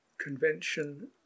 convention